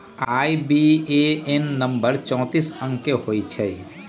IBAN number चौतीस अंक के होइ छइ